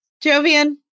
Jovian